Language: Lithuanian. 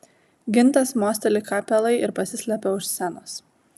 gintas mosteli kapelai ir pasislepia už scenos